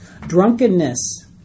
Drunkenness